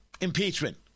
Impeachment